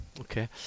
Okay